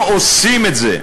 לא עושים את זה,